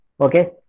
Okay